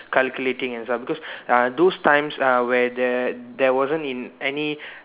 calculating and stuff because uh those times uh where there there wasn't in any